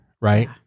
right